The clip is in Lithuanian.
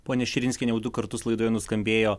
ponia širinskiene jau du kartus laidoje nuskambėjo